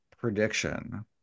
prediction